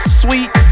sweet